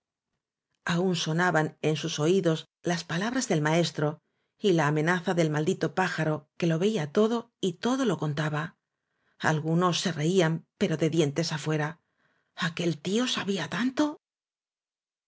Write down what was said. aún sonaban en sus oídos las palabras del maestro y la amenaza del maldito pájaro que lo veía todo y todo lo contaba algunos se reían pero de dientes afuera aquel tío sabía tanto